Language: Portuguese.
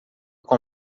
com